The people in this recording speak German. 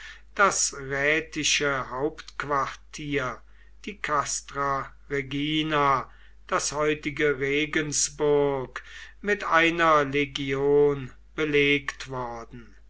das rätische hauptquartier die castra regina das heutige regensburg mit einer legion belegt worden